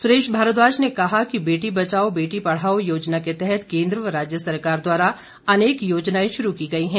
सुरेश भारद्वाज ने कहा है कि बेटी बचाओ बेटी पढ़ाओ योजना के तहत केंद्र व राज्य सरकार द्वारा अनेक योजनाएं शुरू की गई हैं